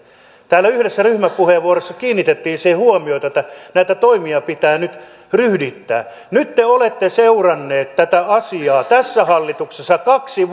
täällä yhdessä ryhmäpuheenvuorossa kiinnitettiin siihen huomiota että näitä toimia pitää nyt ryhdittää nyt te olette seuranneet tätä asiaa tässä hallituksessa kaksi